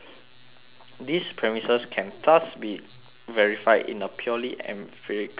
these premises can thus be verified in a purely empirical way